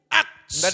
acts